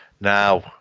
now